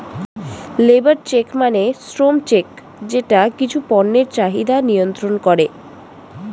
labour check মানে শ্রম check যেটা কিছু পণ্যের চাহিদা নিয়ন্ত্রন করে